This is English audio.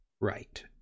Right